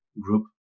group